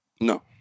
No